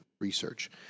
research